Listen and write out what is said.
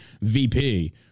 VP